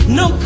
no